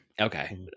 okay